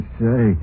say